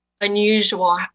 unusual